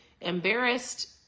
embarrassed